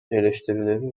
eleştirileri